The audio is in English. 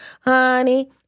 honey